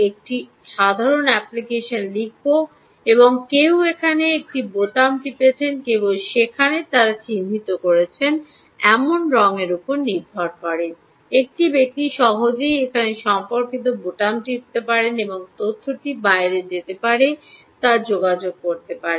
একটি সাধারণ অ্যাপ্লিকেশন লিখুন এবং কেউ এখানে একটি বোতাম টিপছেন কেবল সেখানে তারা চিহ্নিত করেছেন এমন রঙের উপর নির্ভর করবে একটি ব্যক্তি সহজেই এখানে সম্পর্কিত বোতাম টিপতে পারেন এবং তথ্যটি বাইরে যেতে পারে তা যোগাযোগ করতে পারে